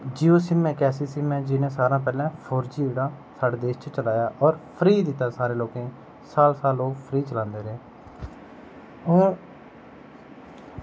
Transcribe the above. Jio sim इक्क ऐसी sim इक्क ऐसी सिम ऐ जिन्ने सारें कशा जादै अपना जेह्ड़ा फोर जी जेह्का साढ़े देश च चलाया जेह्का फ्री दित्ता सारे लोकें ई साल साल लोक फ्री चलांदे रेह्